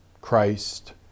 Christ